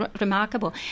remarkable